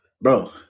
Bro